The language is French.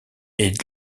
est